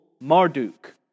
Marduk